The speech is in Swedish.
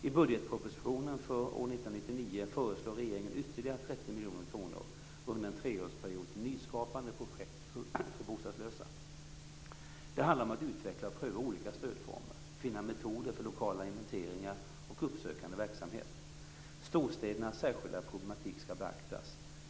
I budgetpropositionen för år 1999 föreslår regeringen ytterligare 30 miljoner kronor under en treårsperiod till nyskapande projekt för bostadslösa. Det handlar om att utveckla och pröva olika stödformer, finna metoder för lokala inventeringar och uppsökande verksamhet. Storstädernas särskilda problematik skall beaktas.